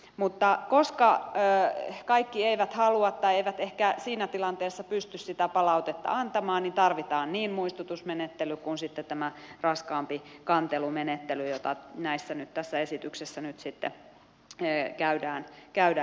mutta koska kaikki eivät halua tai eivät ehkä siinä tilanteessa pysty sitä palautetta antamaan tarvitaan niin muistutusmenettely kuin sitten tämä raskaampi kantelumenettely joita tässä esityksessä nyt sitten käydään läpi